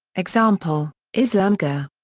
example islamgarh.